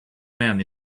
men